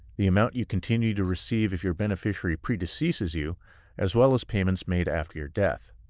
the amount you continue to receive if your beneficiary predeceases you as well as payments made after your death.